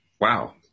Wow